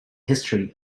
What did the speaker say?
history